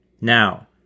Now